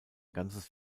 ganzes